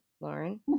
lauren